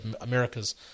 America's